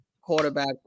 quarterback